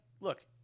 look